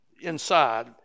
inside